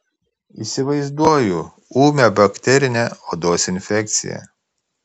įsivaizduoju ūmią bakterinę odos infekciją